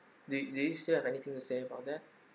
do do you still have anything to say about that